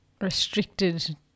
restricted